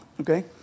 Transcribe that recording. Okay